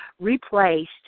replaced